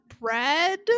bread